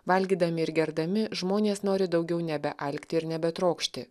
valgydami ir gerdami žmones nori daugiau nebealkti ir nebetrokšti